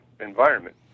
environment